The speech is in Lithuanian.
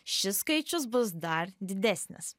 šis skaičius bus dar didesnis